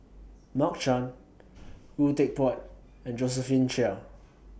Mark Chan Khoo Teck Puat and Josephine Chia